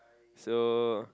so